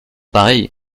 pareil